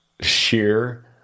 sheer